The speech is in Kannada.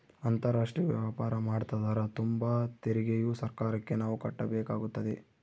ಅಂತಾರಾಷ್ಟ್ರೀಯ ವ್ಯಾಪಾರ ಮಾಡ್ತದರ ತುಂಬ ತೆರಿಗೆಯು ಸರ್ಕಾರಕ್ಕೆ ನಾವು ಕಟ್ಟಬೇಕಾಗುತ್ತದೆ